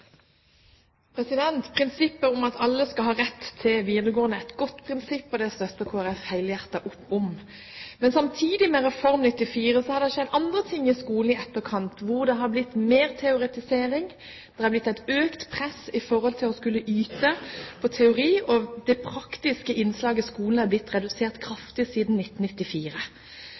Prinsippet om at alle skal ha rett til videregående, er et godt prinsipp, og det støtter Kristelig Folkeparti helhjertet opp om. Men samtidig med Reform 94 har det skjedd andre ting i skolen i etterkant. Det har blitt mer teoretisering, det har blitt et økt press på å skulle yte på teori, og det praktiske innslaget i skolen har blitt redusert kraftig siden 1994.